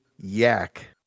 yak